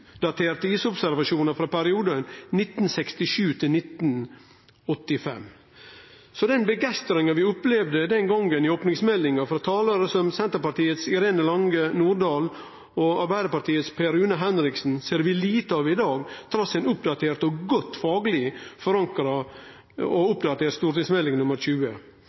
utdaterte isobservasjonar frå perioden 1967–1985. Den begeistringa vi opplevde den gongen på grunn av opningsmeldinga frå talarar som Senterpartiets Irene Lange Nordahl og Arbeidarpartiets Per Rune Henriksen, ser vi lite av i dag trass ei oppdatert og godt fagleg forankra Meld. St. 20.